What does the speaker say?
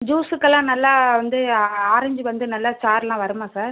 ஜூஸுக்கெல்லாம் நல்லா வந்து ஆரஞ்சு வந்து நல்லா சாறெலாம் வருமா சார்